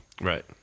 Right